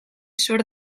sor